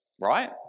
right